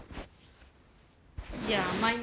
ya mine